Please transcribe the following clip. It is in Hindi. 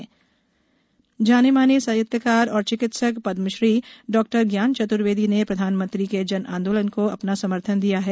जन आंदोलन जाने माने साहित्यकार और चिकित्सक पदमश्री डॉ ज्ञान चतुर्वेदी ने प्रधानमंत्री के जन आंदोलन को अपना समर्थन दिया है